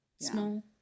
Small